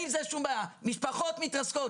משפחות מתרסקות,